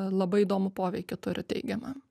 labai įdomų poveikį turi teigiamą